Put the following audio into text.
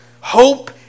Hope